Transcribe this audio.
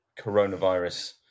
coronavirus